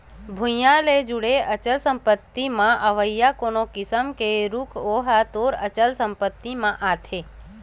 भुइँया ले जुड़े अचल संपत्ति म अवइया कोनो किसम के रूख ओहा तोर अचल संपत्ति म आथे